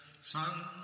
sun